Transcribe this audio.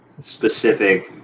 specific